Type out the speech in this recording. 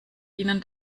ihnen